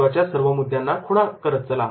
महत्त्वाच्या सर्व मुद्द्यांना खुणा करत चला